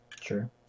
Sure